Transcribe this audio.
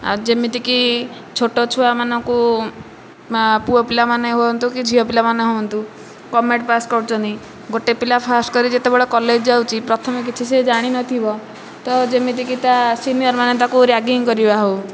ଆଉ ଯେମିତିକି ଛୋଟ ଛୁଆମାନଙ୍କୁ ପୁଅ ପିଲାମାନେ ହୁଅନ୍ତୁ କି ଝିଅ ପିଲାମାନେ ହୁଅନ୍ତୁ କମେଣ୍ଟ ପାସ୍ କରୁଛନ୍ତି ଗୋଟିଏ ପିଲା ଫାଷ୍ଟ କରି ଯେତେବେଳେ କଲେଜ୍ ଯାଉଛି ପ୍ରଥମେ କିଛି ସେ ଜାଣିନଥିବ ତ ଯେମତିକି ତା ସିନିୟରମାନେ ତାକୁ ରାଗିଂ କରିବା ହେଉ